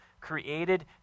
created